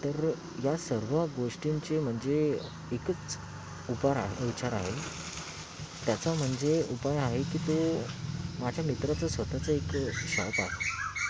तर या सर्व गोष्टींचे म्हणजे एकच उपाय आहे विचार आहे त्याचा म्हणजे उपाय आहे की तो माझ्या मित्राचं स्वतःचं एक शॉप आहे